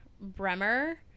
Bremer